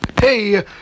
Hey